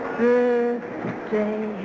birthday